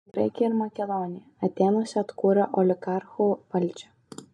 graikiją ir makedoniją atėnuose atkūrė oligarchų valdžią